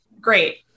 Great